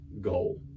goal